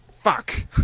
Fuck